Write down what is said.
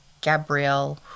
Gabrielle